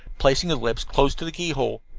placing his lips close to the keyhole.